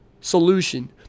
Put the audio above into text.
solution